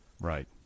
Right